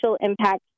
impact